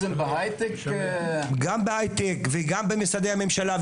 גם בהייטק וגם במשרדי הממשלה.